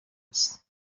است